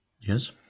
Yes